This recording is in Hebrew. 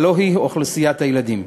הלוא היא אוכלוסיית הילדים.